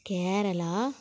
Kerala